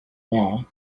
there